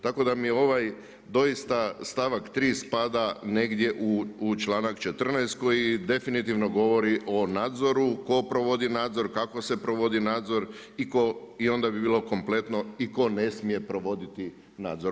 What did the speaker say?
Tako da mi ovaj doista stavak 3 spada negdje u članak 14. koji definitivno govori o nadzoru, tko provodi nadzor, kako se provodi nadzor i tko, i onda bi bilo kompletno i tko ne smije provoditi nadzor.